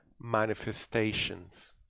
manifestations